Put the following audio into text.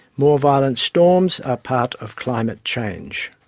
more violent storms are part of climate change.